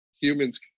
Humans